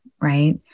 Right